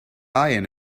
ian